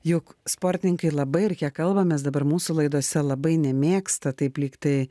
juk sportininkai labai ir kiek kalbamės dabar mūsų laidose labai nemėgsta taip lyg tai